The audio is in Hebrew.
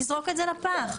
נזרוק את זה לפח.